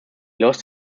lost